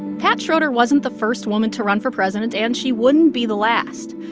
pat schroeder wasn't the first woman to run for president, and she wouldn't be the last.